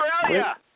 Australia